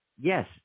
yes